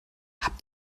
habt